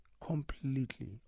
completely